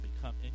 become